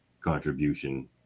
contribution